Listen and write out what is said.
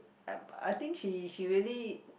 I think she she really